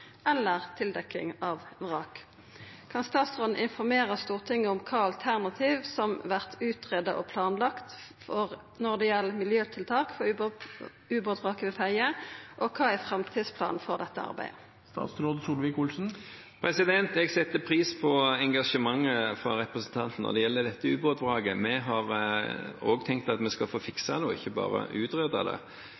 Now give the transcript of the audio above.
eller tildekking av vrak. Kan statsråden informere Stortinget om kva alternativ som vert utreda og planlagt for når det gjeld miljøtiltak for ubåtvraket ved Fedje, og kva er framdriftsplanen for dette arbeidet?» Jeg setter pris på engasjementet fra representanten når det gjelder dette ubåtvraket. Vi har også tenkt at vi skal få